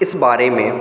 इस बारे में